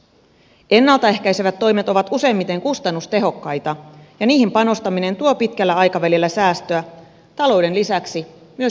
ennalta ehkäisevät toimet ovat useimmiten kustannustehokkaita ja niihin panostaminen tuo pitkällä aikavälillä säästöä talouden lisäksi myös inhimilliselle puolelle